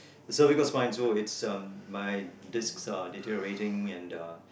cervical spine so it's um my disks are detereorating and uh